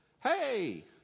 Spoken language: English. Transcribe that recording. Hey